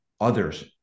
others